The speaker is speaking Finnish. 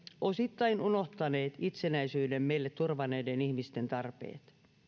osittain unohtaneet itsenäisyyden meille turvanneiden ihmisten tarpeet